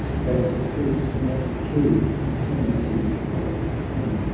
that sleeps not through eternities of pain!